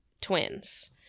twins